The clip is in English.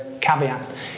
caveats